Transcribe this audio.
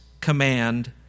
command